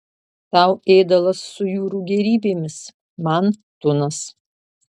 tau ėdalas su jūrų gėrybėmis man tunas